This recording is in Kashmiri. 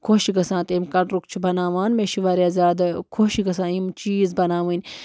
خۄش چھِ گژھان تَمہِ کَلرُک چھِ بناوان مےٚ چھِ واریاہ زیادٕ خۄش گژھان یِم چیٖز بناوٕنۍ